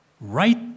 right